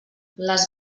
les